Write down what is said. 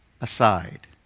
aside